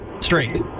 straight